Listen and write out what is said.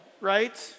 right